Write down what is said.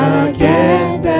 again